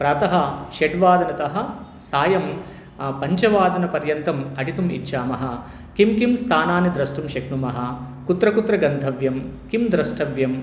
प्रातः षड्वादनतः सायं पञ्चवादनपर्यन्तम् अटितुम् इच्छामःकानि कानि स्थानानि द्रष्टुं शक्नुमः कुत्र कुत्र गन्तव्यं किं द्रष्टव्यं